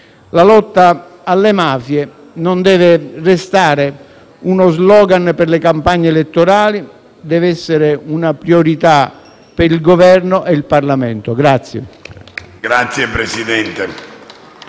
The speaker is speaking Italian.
La lotta alle mafie non deve restare uno *slogan* per le campagne elettorali, deve essere una priorità per il Governo e il Parlamento.